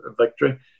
victory